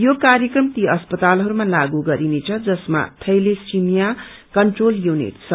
यो कार्यक्रम ती अस्पतालहरूमा तागू गरिनेछ जसमा वैतेसीमिया कन्ट्रोत यूनिट छ